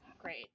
great